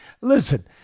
listen